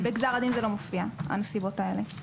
בגזר הדין הנסיבות האלה לא מופיעות.